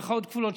במירכאות כפולות,